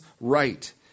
right